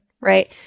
right